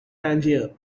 tangier